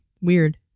weird